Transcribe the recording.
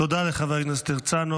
תודה לחבר הכנסת הרצנו.